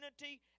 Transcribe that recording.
unity